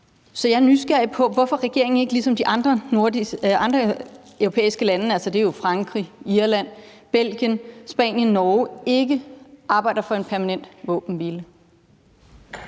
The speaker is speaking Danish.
Så jeg er nysgerrig på, hvorfor regeringen ikke ligesom regeringerne i de andre europæiske lande, altså det er jo Frankrig, Irland, Belgien, Spanien og Norge, ikke arbejder for en permanent våbenhvile.